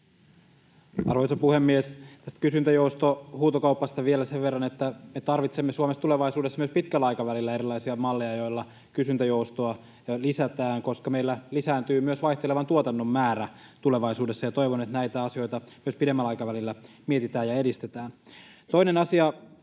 Arvoisa puhemies! Tästä kysyntäjoustohuutokaupasta vielä sen verran, että me tarvitsemme Suomessa tulevaisuudessa myös pitkällä aikavälillä erilaisia malleja, joilla kysyntäjoustoa lisätään, koska meillä lisääntyy myös vaihtelevan tuotannon määrä tulevaisuudessa, ja toivon, että näitä asioita myös pidemmällä aikavälillä mietitään ja edistetään. Toinen asia: